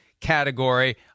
category